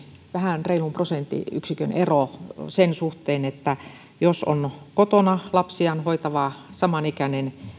vähän reilun prosenttiyksikön ero sen suhteen jos on kotona lapsiaan hoitava